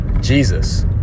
Jesus